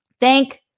Thank